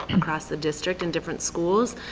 and across the district in different schools,